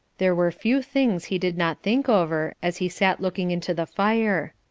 there were few things he did not think over as he sat looking into the fire.